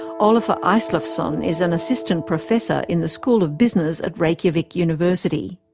olafur isleifsson is an assistant professor in the school of business at reykjavik university.